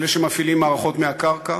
אלה שמפעילים מערכות מהקרקע,